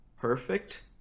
perfect